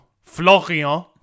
Florian